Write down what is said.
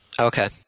Okay